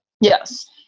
yes